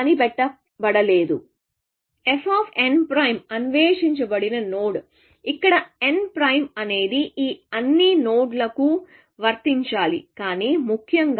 fn' అన్వేషించబడని node ఇక్కడ n prime అనేది ఈ అన్ని నోడ్ లకు వర్తించాలికానీ ముఖ్యంగా